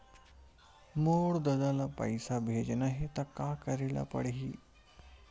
मोर ददा ल पईसा भेजना हे त का करे ल पड़हि?